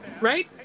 Right